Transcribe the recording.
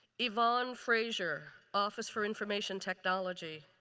yvonne frazier, office for information technology.